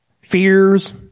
fears